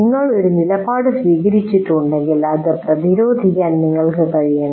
നിങ്ങൾ ഒരു നിലപാട് സ്വീകരിച്ചിട്ടുണ്ടെങ്കിൽ അത് പ്രതിരോധിക്കാൻ നിങ്ങൾക്ക് കഴിയണം